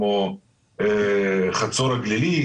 כמו חצור הגלילית,